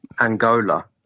Angola